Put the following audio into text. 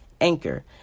Anchor